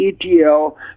ETL